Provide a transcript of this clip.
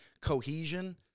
cohesion